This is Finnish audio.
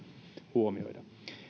huomioida